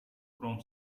from